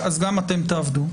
אז גם אתם תעבדו.